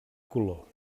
color